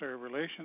Relations